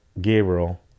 gabriel